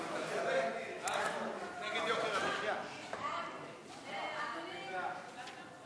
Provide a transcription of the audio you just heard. ההצעה להעביר את הצעת חוק זכויות הסטודנט (תיקון,